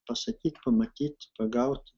pasakyt pamatyt pagaut